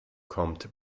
kommt